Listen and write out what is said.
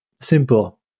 simple